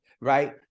right